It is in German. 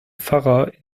pfarrer